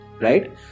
right